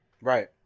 Right